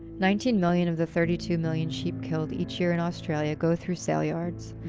nineteen million of the thirty two million sheep killed each year in australia go through saleyards,